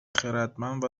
خردمند